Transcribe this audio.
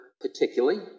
particularly